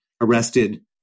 arrested